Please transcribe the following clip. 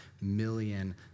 million